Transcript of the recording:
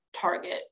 target